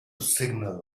signal